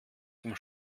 dem